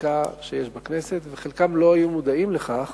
החקיקה שיש בכנסת וחלקם לא היו מודעים לכך